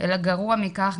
אלא גרוע מכך,